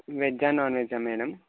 వెజ్జా non వెజ్జా madam